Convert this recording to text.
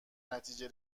نتیجه